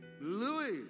Louis